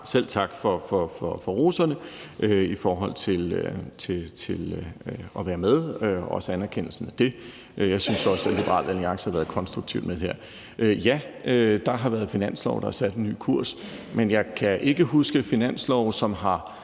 selv tak for rosen i forhold til at være med og også anerkendelsen af det. Jeg synes også, at Liberal Alliance har været konstruktivt med her. Ja, der har været finanslove, der har sat en ny kurs, men jeg kan ikke huske finanslove, som har